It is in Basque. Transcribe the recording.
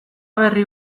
berri